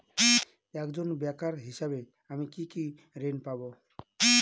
একজন বেকার হিসেবে আমি কি কি ঋণ পাব?